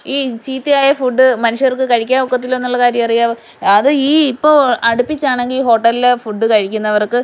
ഈ ചീത്തയായ ഫുഡ് മനുഷ്യർക്ക് കഴിക്കാൻ ഒക്കത്തില്ല എന്നുള്ള കാര്യം അറിയാമോ അത് ഈ ഇപ്പോൾ അടുപ്പിച്ചാണെങ്കിൽ ഈ ഹോട്ടലിലെ ഫുഡ് കഴിക്കുന്നവർക്ക്